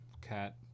cat